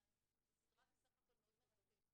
כי זו סדרה בסך הכול מאוד מרתקת.